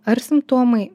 ar simptomai